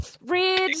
red